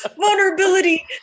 vulnerability